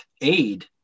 aid